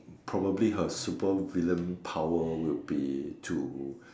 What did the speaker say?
probably her super villain power will be to